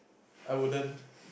I wouldn't